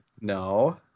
no